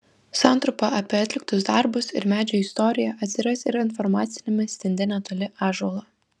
santrumpa apie atliktus darbus ir medžio istoriją atsiras ir informaciniame stende netoli ąžuolo